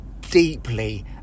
deeply